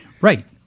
Right